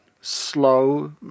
slow